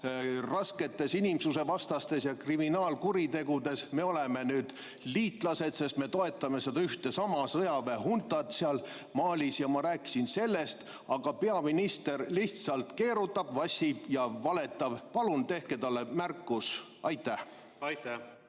rasketes inimsusevastastes ja kriminaalkuritegudes, liitlane, sest me toetame ühte ja sama sõjaväehuntat seal Malis. Ma rääkisin sellest. Aga peaminister lihtsalt keerutab, vassib ja valetab. Palun tehke talle märkus! Aitäh! Aitäh!